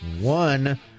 one